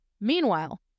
Meanwhile